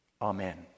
Amen